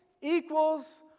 equals